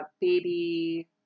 baby